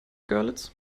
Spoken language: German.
görlitz